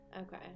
Okay